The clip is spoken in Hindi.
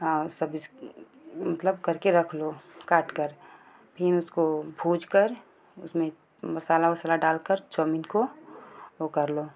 सब मतलब करके रख लो काट कर फिर उसको भूज कर उसमें मसाला उसाला डालकर चौमीन को वो कर लो